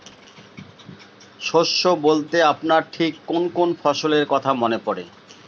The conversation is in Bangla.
শস্য বলতে আপনার ঠিক কোন কোন ফসলের কথা মনে পড়ে?